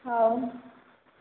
ହେଉ